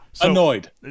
Annoyed